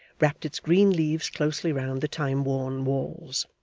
wrapt its green leaves closely round the time-worn walls.